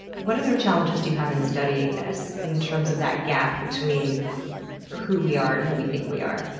what other challenges do you have in studying this? in terms of that gap between who we are and who we think we are?